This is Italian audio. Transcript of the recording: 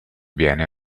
viene